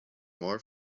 more